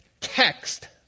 text